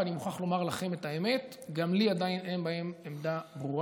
ואני מוכרח לומר לכם את האמת: גם לי עדיין אין בהן עמדה ברורה,